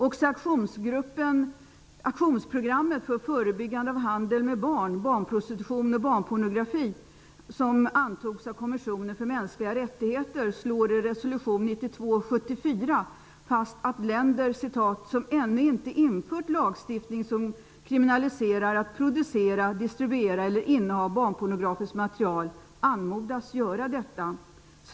Också i aktionsprogrammet för förebyggande av handel med barn, barnprostitution och barnpornografi som antogs av Kommissionen för mänskliga rättigheter slås det -- i resolution 1992/74 -- fast att länder ''som ännu inte infört lagstiftning som kriminaliserar att producera, distribuera eller inneha barnpornografiskt material, anmodas göra detta.''